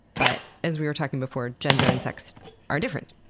but as we were talking before, gender and sex are different?